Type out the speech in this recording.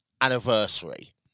anniversary